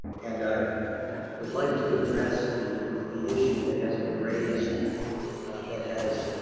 and i would like to address the, the issue that has been raised that has